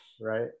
right